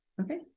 Okay